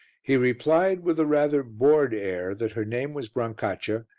he replied, with a rather bored air, that her name was brancaccia,